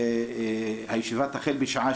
הישיבה תחל בשעה